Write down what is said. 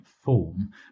form